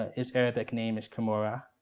its arabic name is camora.